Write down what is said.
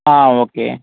okay